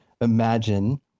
imagine